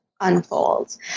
unfolds